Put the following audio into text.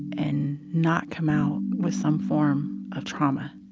and not come out with some form of trauma